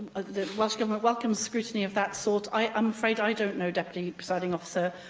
the welsh government welcomes scrutiny of that sort. i'm afraid i don't know, deputy presiding officer,